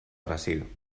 brasil